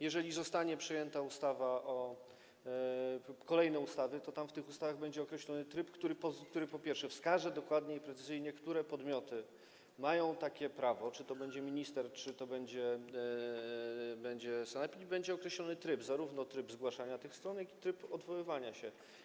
Jeżeli zostanie przyjęta ustawa czy kolejne ustawy, to w tych ustawach będzie określony tryb, który, po pierwsze, wskaże dokładnie i precyzyjnie, które podmioty mają takie prawo, czy to będzie minister, czy to będzie sanepid, i będzie określony tryb, zarówno tryb zgłaszania tych stron, jak i tryb odwoływania się.